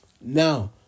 Now